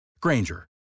Granger